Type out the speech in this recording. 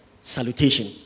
salutation